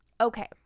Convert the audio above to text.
okay